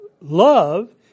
love